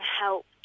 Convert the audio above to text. help